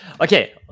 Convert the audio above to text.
Okay